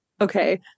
Okay